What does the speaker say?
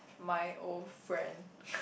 my old friend